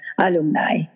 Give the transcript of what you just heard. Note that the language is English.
Alumni